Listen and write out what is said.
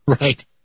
Right